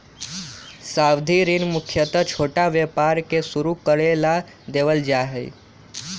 सावधि ऋण मुख्यत छोटा व्यापार के शुरू करे ला देवल जा हई